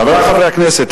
חברי חברי הכנסת,